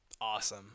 Awesome